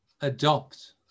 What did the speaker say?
adopt